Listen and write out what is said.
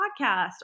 podcast